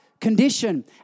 condition